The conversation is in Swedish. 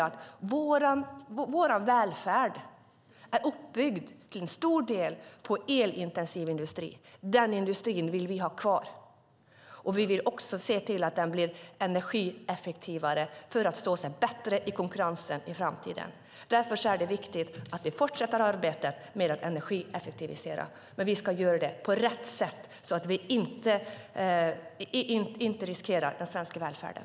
Vår välfärd är till stor del uppbyggd på elintensiv industri. Den industrin vill vi ha kvar. Vi vill också se till att den blir energieffektivare för att stå sig bättre i konkurrensen i framtiden. Därför är det viktigt att vi fortsätter arbetet med att energieffektivisera. Men vi ska göra det på rätt sätt så att vi inte riskerar den svenska välfärden.